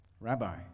Rabbi